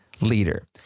leader